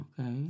Okay